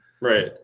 right